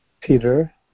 Peter